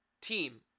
team